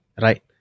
Right